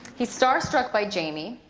he's star-struck by jamie,